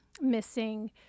missing